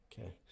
Okay